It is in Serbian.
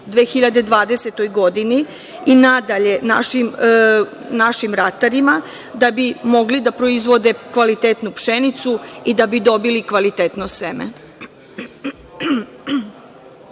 2020. godini i nadalje našim ratarima da bi mogli da proizvode kvalitetnu pšenicu da bi dobili kvalitetno seme?